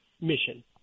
mission